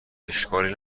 اشکالی